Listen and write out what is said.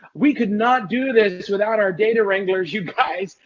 we could not do this without our data wranglers, you guys.